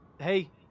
hey